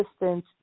assistant